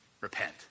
Repent